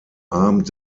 abend